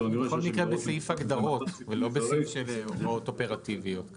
אנחנו בסעיף הגדרות ולא בסעיף של הוראות אופרטיביות.